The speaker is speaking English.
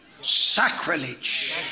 sacrilege